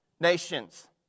Nations